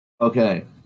Okay